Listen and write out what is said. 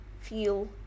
feel